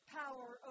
power